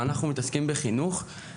ואנחנו מתעסקים בחינוך,